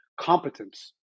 competence